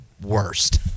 worst